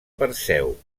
perseu